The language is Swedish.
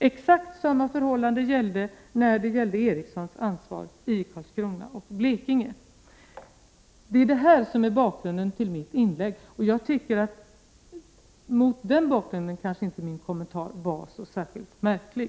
Exakt samma förhållanden gällde beträffande Ericssons ansvar i Karlskrona och Blekinge. Det är det här som är bakgrunden till mitt inlägg, och mot den bakgrunden tycker jag inte att min kommentar var så särskilt märklig.